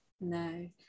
No